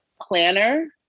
planner